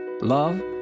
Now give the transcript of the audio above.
love